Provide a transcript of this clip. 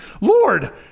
Lord